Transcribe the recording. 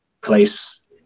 place